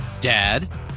Dad